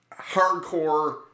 hardcore